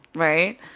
Right